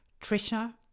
trisha